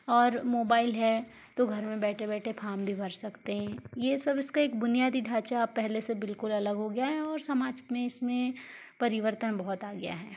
और मोबाइल है तो घर में बैठे बैठे फार्म भी भर सकते हैं ये सब इसका एक बुनियादी ढांचा पहले से बिलकुल अलग हो गया है और समाज में इसमें परिवर्तन बहुत आ गया है